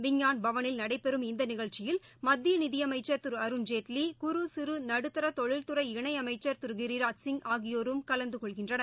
விஞ்ஞான் பவனில் நடைபெறும் இந்த நிகழ்ச்சியில் மத்திய நிதியணச்சர் திரு அருண் ஜேட்லி குறு சிறு நடுத்தர தொழில்துறை இணை அமைச்சர் திரு கிரிராஜ் சிங் ஆகியோரும் கலந்துகொள்கின்றனர்